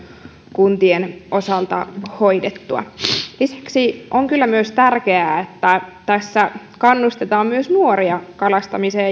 kuntien osalta hoidettua lisäksi on kyllä tärkeää että tässä kannustetaan myös nuoria kalastamiseen